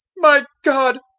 my god,